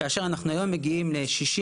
אז היום אנחנו מדברים על פחות